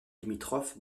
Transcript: limitrophe